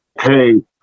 hey